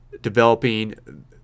developing